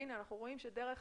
אנחנו רואים שדרך